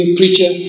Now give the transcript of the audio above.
preacher